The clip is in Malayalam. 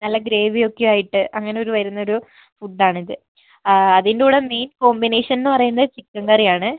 നല്ല ഗ്രേവിയൊക്കെ ആയിട്ട് അങ്ങനെ ഒരു വരുന്നൊരു ഫുഡാണിത് അതിൻ്റെകൂടെ മെയിൻ കോമ്പിനേഷൻ എന്ന് പറയുന്നത് ചിക്കൻ കറിയാണ്